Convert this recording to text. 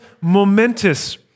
momentous